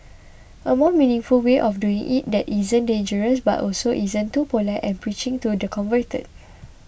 a more meaningful way of doing it that isn't dangerous but also isn't too polite and preaching to the converted